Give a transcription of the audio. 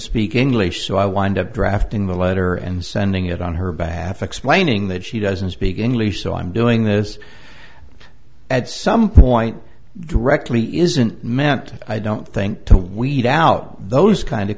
speak english so i wind up drafting the letter and sending it on her behalf explaining that she doesn't speak english so i'm doing this and some point directly isn't meant i don't think to weed out those kind of